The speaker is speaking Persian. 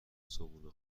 صبحونه